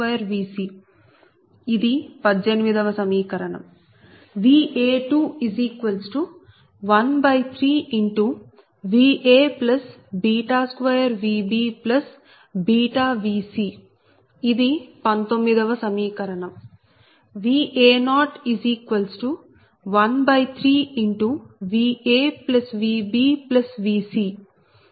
Va213Va2VbVc ఇది 19 వ సమీకరణం Va013VaVbVc ఇది 20 వ సమీకరణం